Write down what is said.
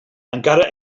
encara